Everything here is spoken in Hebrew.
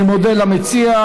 אני מודה למציע.